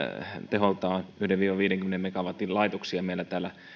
teholtaan yhden viiva viidenkymmenen megawatin laitoksia meillä täällä